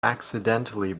accidentally